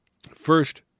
First